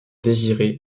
désiré